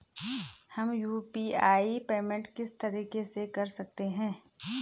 हम UPI payment किस तरीके से कर सकते हैं?